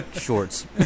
shorts